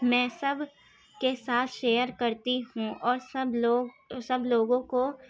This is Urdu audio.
میں سب کے ساتھ شئیر کرتی ہوں اور سب لوگ سب لوگوں کو